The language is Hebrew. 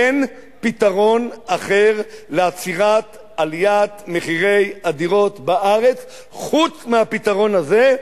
אין פתרון אחר לעצירת עליית מחירי הדירות בארץ חוץ מהפתרון הזה,